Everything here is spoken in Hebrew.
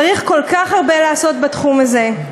צריך כל כך הרבה לעשות בתחום הזה.